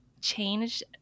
change